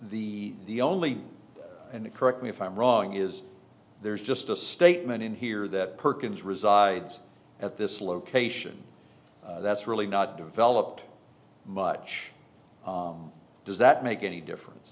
the only and correct me if i'm wrong is there's just a statement in here that perkins resides at this location that's really not developed much does that make any difference